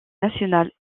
national